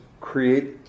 create